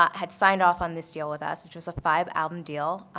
um had signed off on this deal with us, which was a five album deal,